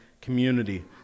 community